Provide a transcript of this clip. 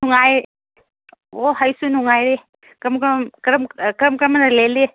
ꯅꯨꯡꯉꯥꯏ ꯑꯣ ꯑꯩꯁꯨ ꯅꯨꯡꯉꯥꯏꯔꯤ ꯀꯔꯝ ꯀꯔꯝꯃꯥꯏꯅ ꯂꯦꯜꯂꯤ